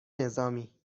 نظامی